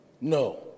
No